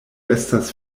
estas